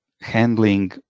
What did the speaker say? handling